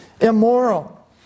immoral